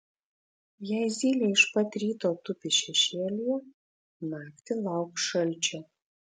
jei zylė iš pat ryto tupi šešėlyje naktį lauk šalčio